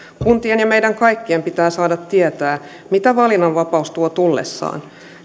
kuntien ja meidän kaikkien pitää saada tietää mitä valinnanvapaus tuo tullessaan